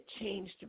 changed